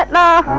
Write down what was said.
but la